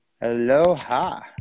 Aloha